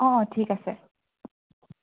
অঁ অঁ ঠিক আছে